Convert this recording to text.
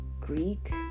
Greek